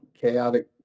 chaotic